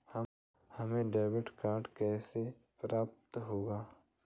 हमें debit card कैसे प्राप्त होगा?